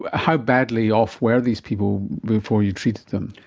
how badly off where these people before you treated them?